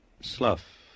slough